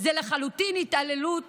זה לחלוטין התעללות